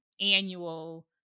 annual